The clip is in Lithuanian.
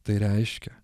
tai reiškia